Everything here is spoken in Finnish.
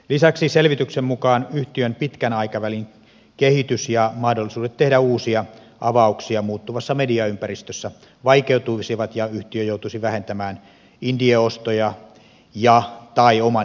lisäksi selvityksen mukaan yhtiön pitkän aikavälin kehitys ja mahdollisuudet tehdä uusia avauksia muuttuvassa mediaympäristössä vaikeutuisivat ja yhtiö joutuisi vähentämään indie ostoja tai oman henkilökuntansa määrää